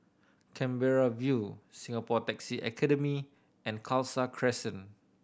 Canberra View Singapore Taxi Academy and Khalsa Crescent